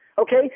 Okay